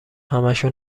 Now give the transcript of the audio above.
همشو